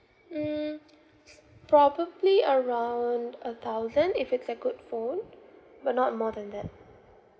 mm probably around a thousand if it's a good phone but not more than that